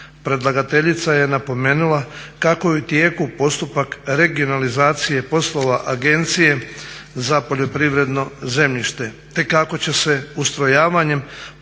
Predlagateljica je napomenula kako je u tijeku postupak regionalizacije poslova Agencije za poljoprivredno zemljište te kako će se ustrojavanjem podružnica